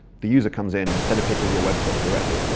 the user comes in, instead of hitting your web server directly,